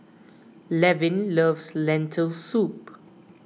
Levin loves Lentil Soup